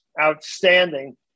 outstanding